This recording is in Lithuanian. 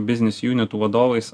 biznis junitų vadovais